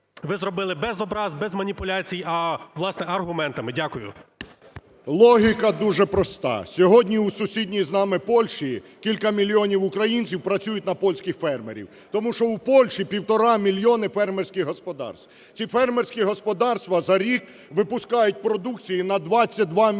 ви зробили без образ, без маніпуляцій, а, власне, аргументами. Дякую. 12:57:14 ЛЯШКО О.В. Логіка дуже проста. Сьогодні у сусідній з нами Польщі кілька мільйонів українців працюють на польських фермерів, тому що в Польщі півтора мільйона фермерських господарств. Ці фермерські господарства за рік випускають продукції на 22 мільярди